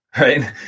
right